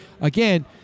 Again